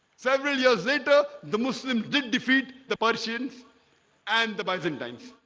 several years later the muslims did defeat the persians and the byzantines